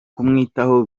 kumwitaho